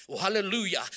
Hallelujah